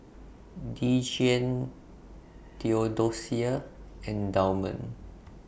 Dejuan Theodosia and Damond